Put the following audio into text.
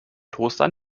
toaster